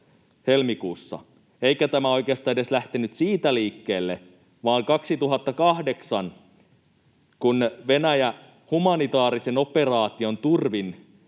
helmikuussa. Eikä tämä oikeastaan edes lähtenyt siitä liikkeelle, vaan 2008, kun Venäjä humanitaarisen operaation turvin